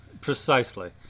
Precisely